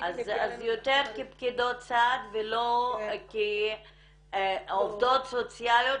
אז יותר כפקידות סעד ולא כעובדות סוציאליות